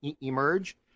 emerge